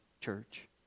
church